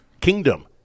kingdom